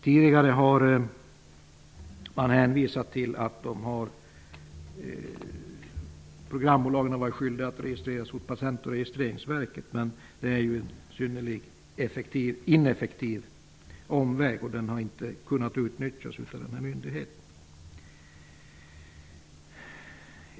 Tidigare har man hänvisat till att programbolagen har varit skyldiga att registrera sig hos Patent och registreringsverket, men det är ju en synnerligen ineffektiv väg som inte har kunnat utnyttjas av myndigheten.